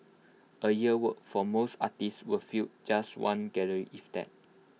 A year's work for most artists would fill just one gallery if that